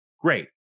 Great